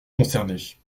concernés